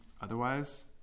otherwise